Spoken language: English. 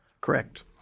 Correct